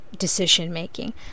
decision-making